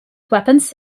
weapons